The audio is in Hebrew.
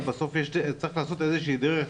אבל בסוף צריך לעשות איזושהי דרך.